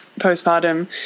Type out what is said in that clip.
postpartum